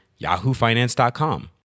YahooFinance.com